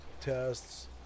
tests